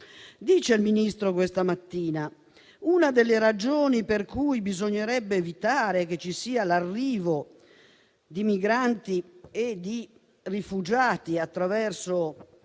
il Ministro ha affermato che una delle ragioni per cui bisognerebbe evitare che ci sia l'arrivo di migranti e di rifugiati attraverso